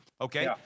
Okay